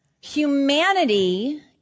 Humanity